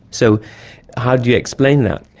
so how do you explain that?